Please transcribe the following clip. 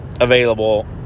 available